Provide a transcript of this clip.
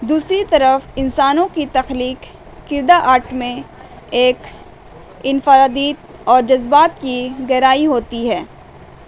دوسری طرف انسانوں کی تخلیق کردہ آٹ میں ایک انفرادیت اور جذبات کی گہرائی ہوتی ہے